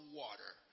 water